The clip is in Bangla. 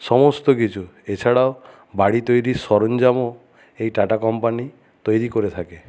সমস্ত কিছু এছাড়াও বাড়ি তৈরীর সরঞ্জামও এই টাটা কম্পানি তৈরি করে থাকে